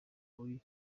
uri